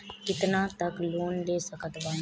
कितना तक लोन ले सकत बानी?